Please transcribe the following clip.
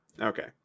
Okay